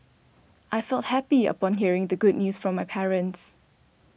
I felt happy upon hearing the good news from my parents